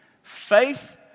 Faith